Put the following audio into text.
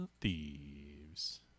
thieves